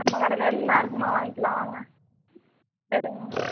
நம்ம கடையில் எல்லா இருக்குதும்மா வாங்கிக்கலாம் வாங்க சரிங்கம்மா